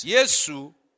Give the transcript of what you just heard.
Jesus